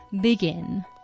begin